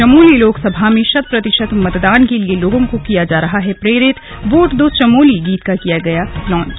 चमोली लोकसभा में शत प्रतिशत मतदान के लिए लोगों को किया जा रहा प्रेरित वोट दो चमोली गीत किया गया लॉन्च